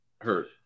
hurt